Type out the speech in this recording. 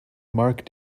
marc